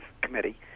Committee